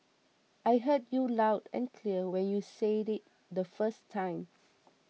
I heard you loud and clear when you said it the first time